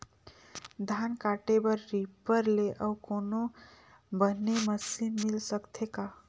धान काटे बर रीपर ले अउ कोनो बने मशीन मिल सकथे का?